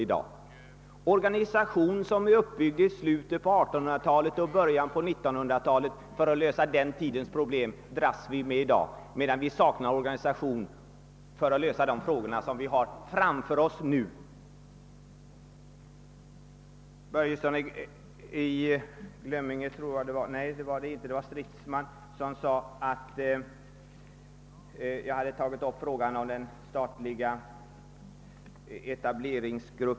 Det är en organisation, uppbyggd i slutet av 1800 talet och i början av 1900-talet för att lösa den tidens problem, som vi dras med i dag, medan vi saknar en organisation för att lösa de frågor som vi nu har framför oss.